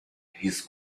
his